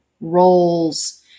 roles